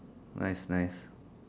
nice nice